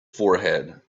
forehead